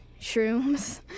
Shrooms